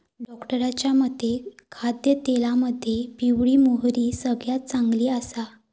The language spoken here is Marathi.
डॉक्टरांच्या मते खाद्यतेलामध्ये पिवळी मोहरी सगळ्यात चांगली आसा